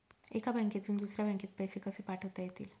एका बँकेतून दुसऱ्या बँकेत पैसे कसे पाठवता येतील?